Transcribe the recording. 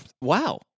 wow